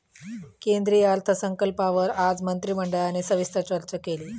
केंद्रीय अर्थसंकल्पावर आज मंत्रिमंडळाने सविस्तर चर्चा केली